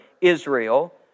Israel